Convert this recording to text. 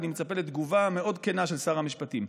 ואני מצפה לתגובה מאוד כנה של שר המשפטים,